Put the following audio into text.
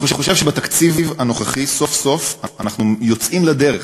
אני חושב שבתקציב הנוכחי סוף-סוף אנחנו יוצאים לדרך,